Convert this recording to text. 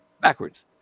backwards